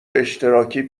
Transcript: اشتراکی